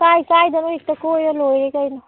ꯀꯥꯏ ꯀꯥꯏꯗꯅꯣ ꯍꯦꯛꯇ ꯀꯣꯏꯔ ꯂꯣꯏꯔꯦ ꯀꯩꯅꯣ